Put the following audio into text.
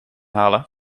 halen